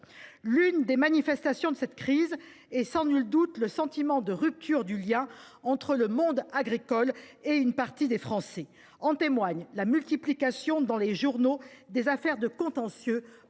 L’une des manifestations de cette crise est sans nul doute le sentiment de rupture du lien entre le monde agricole et une partie des Français. En témoigne la multiplication dans les journaux des affaires de contentieux